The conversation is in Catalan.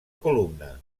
columna